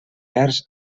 hertzs